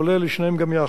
כולל שניהם גם יחד.